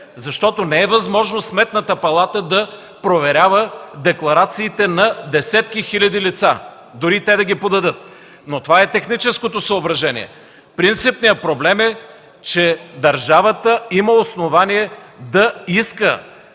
защото не е възможно Сметната палата да проверява декларациите на десетки хиляди лица, дори те да ги подадат. Това е техническото съображение. Принципният проблем е, че държавата има основание да иска